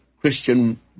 Christian